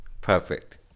Perfect